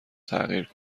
تغییر